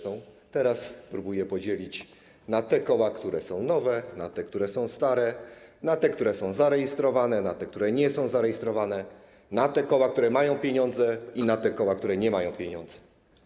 Teraz próbuje podzielić na te koła, które są nowe, na te, które są stare, na te, które są zarejestrowane, na te, które nie są zarejestrowane, na te koła, które mają pieniądze, i na te koła, które nie mają pieniędzy.